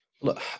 Look